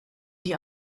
die